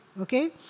Okay